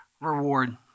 reward